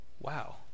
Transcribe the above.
wow